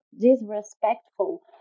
disrespectful